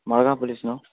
Madgaon police न्हू